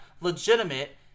legitimate